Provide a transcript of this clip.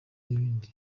n’ibindi